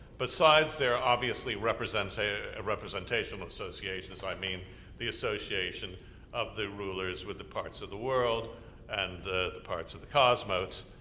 besides their obviously representational ah representational associations, i mean their association of the rulers with the parts of the world and the parts of the cosmos.